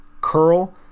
curl